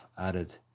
added